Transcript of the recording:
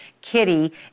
Kitty